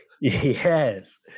yes